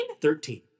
Thirteen